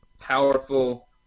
powerful